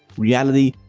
reality,